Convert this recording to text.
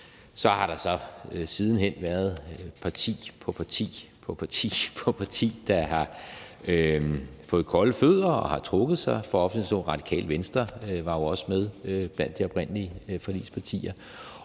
så har der siden hen været parti efter parti, der har fået kolde fødder, og som har trukket sig fra offentlighedsloven. Radikale Venstre var jo også med blandt de oprindelige forligspartier,